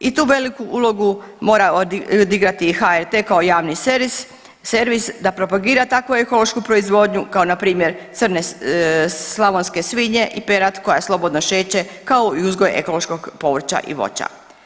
I tu veliku ulogu mora odigrati i HRT kao javni servis da propagira takvu ekološku proizvodnju kao na primjer crne slavonske svinje i perad koja slobodno šeće kao i uzgoj ekološkog povrća i voća.